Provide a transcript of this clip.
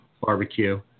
barbecue